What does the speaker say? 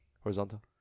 Horizontal